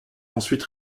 ensuite